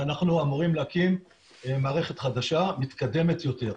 ואנחנו אמורים להקים מערכת חדשה ומתקדמת יותר.